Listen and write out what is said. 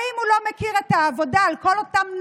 האם הוא לא מכיר את העבודה על כל אותם נעדרים,